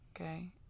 okay